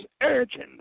urgent